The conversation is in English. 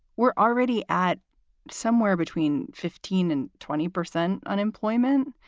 we're already at somewhere between fifteen and twenty percent unemployment.